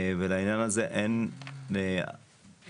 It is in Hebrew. ולעניין הזה אין הבדל